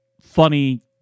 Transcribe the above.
funny-